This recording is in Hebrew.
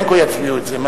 בין כה וכה יצביעו על זה.